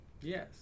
yes